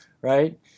right